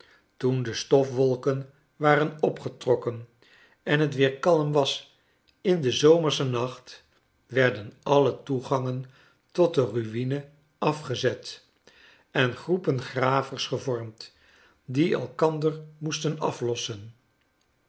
toen de stotwolken waren opgetrokken en het weer kalm was in den zomerschen nacht werden alle toegangen tot de ruvne afgezefc en groepen gravers gevormd die elkander moesten aflossen